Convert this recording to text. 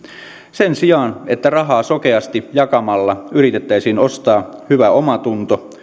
sen sijaan että rahaa sokeasti jakamalla yritettäisiin ostaa hyvä omatunto